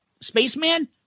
Spaceman